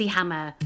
Hammer